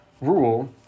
rule